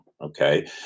Okay